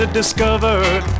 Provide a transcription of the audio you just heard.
discovered